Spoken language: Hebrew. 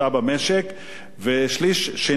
ושליש שני שבעצם משתכרים,